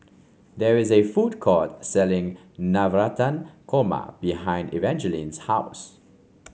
there is a food court selling Navratan Korma behind Evangeline's house